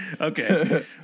Okay